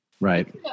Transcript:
Right